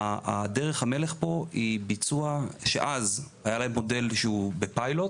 דרך המלך פה היא ביצוע שאז היה להם מודל שהוא בפיילוט.